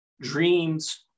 dreams